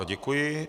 Děkuji.